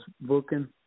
booking